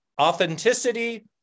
authenticity